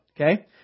okay